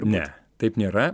ne taip nėra